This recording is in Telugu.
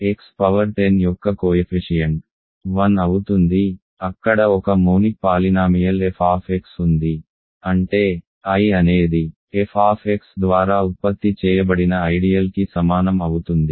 x పవర్ 10 యొక్క కోయెఫిషియంట్ 1 అవుతుంది అక్కడ ఒక మోనిక్ పాలినామియల్ f ఉంది అంటే I అనేది f ద్వారా ఉత్పత్తి చేయబడిన ఐడియల్ కి సమానం అవుతుంది